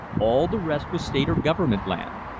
all the rest was state or government land.